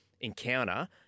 encounter